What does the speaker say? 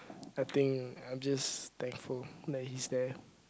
I think I'm just thankful that he's there